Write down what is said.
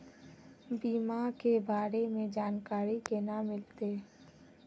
बीमा के बारे में जानकारी केना मिलते?